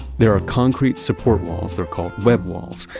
there are concrete support walls, they're called web walls,